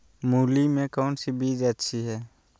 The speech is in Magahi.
मूली में कौन सी बीज अच्छी है?